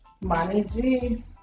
money